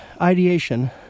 ideation